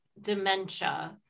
dementia